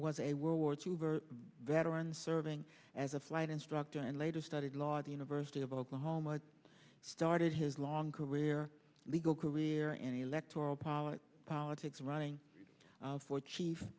was a world war two over veteran serving as a flight instructor and later studied law at the university of oklahoma started his long career legal career and electoral politics politics running for chief